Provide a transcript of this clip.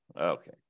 Okay